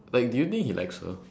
like do you think he likes her